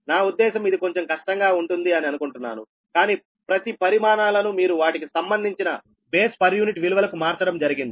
నా ఉద్దేశం ఇది కొంచెం కష్టంగా ఉంటుంది అని అనుకుంటున్నాను కానీ ప్రతి పరిమాణాలను మీరు వాటికి సంబంధించిన బేస్ పర్ యూనిట్ విలువలకు మార్చడం జరిగింది